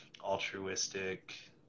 altruistic